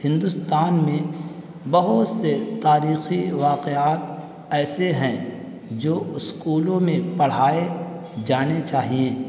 ہندستان میں بہت سے تاریخی واقعات ایسے ہیں جو اسکولوں میں پڑھائے جانے چاہیے